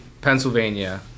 Pennsylvania